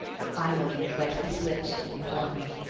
finally wet his lips and plunged,